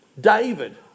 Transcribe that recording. David